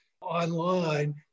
online